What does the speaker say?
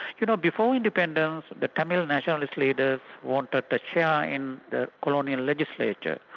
you know, before independence, the tamil nationalist leaders wanted a share in the colonial legislature.